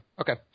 Okay